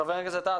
חבר הכנסת טאהא,